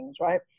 right